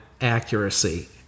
accuracy